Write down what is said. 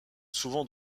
souvent